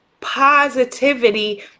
positivity